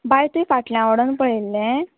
बाय तुयें फाटल्या वोडोन पळयल्लें